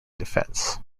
defense